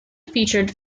featured